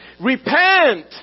Repent